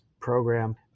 program